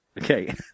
okay